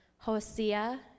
Hosea